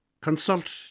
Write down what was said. Consult